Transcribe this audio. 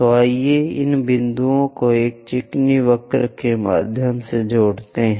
तो आइए इन बिंदुओं को एक चिकनी वक्र के माध्यम से जोड़ते हैं